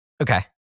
Okay